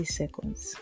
seconds